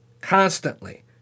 constantly